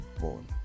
born